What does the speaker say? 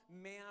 man